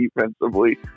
defensively